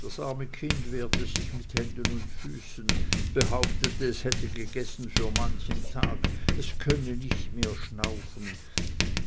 das arme kind wehrte sich mit händen und füßen behauptete es hätte gegessen für manchen tag es könne nicht mehr schnaufen